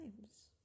times